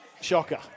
shocker